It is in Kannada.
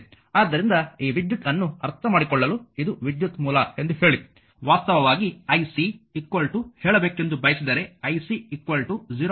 ಆದ್ದರಿಂದ ಈ ವಿದ್ಯುತ್ ಅನ್ನು ಅರ್ಥಮಾಡಿಕೊಳ್ಳಲು ಇದು ವಿದ್ಯುತ್ ಮೂಲ ಎಂದು ಹೇಳಿ ವಾಸ್ತವವಾಗಿ ic ಹೇಳಬೇಕೆಂದು ಬಯಸಿದರೆ ic 0